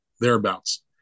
thereabouts